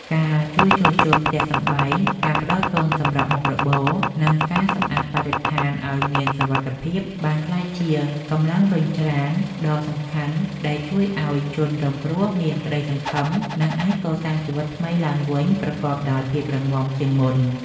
ការជួយជួសជុលផ្ទះសម្បែង ការផ្ដល់ទុនសម្រាប់មុខរបរ និងការសម្អាតបរិស្ថានឱ្យមានសុវត្ថិភាព បានក្លាយជាកម្លាំងរុញច្រានដ៏សំខាន់ដែលជួយឱ្យជនរងគ្រោះមានក្ដីសង្ឃឹម និងអាចកសាងជីវិតថ្មីឡើងវិញប្រកបដោយភាពរឹងមាំជាងមុន។